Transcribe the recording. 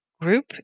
group